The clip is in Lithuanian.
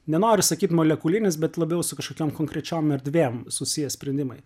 nenoriu sakyt molekulinis bet labiau su kažkokiom konkrečiom erdvėm susiję sprendimai